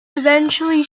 eventually